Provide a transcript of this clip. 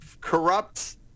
corrupt